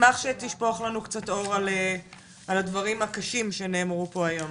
נשמח שתשפוך לנו קצת אור על הדברים הקשים שנאמרו פה היום